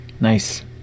nice